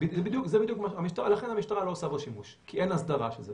כי אין הסדרה של זה.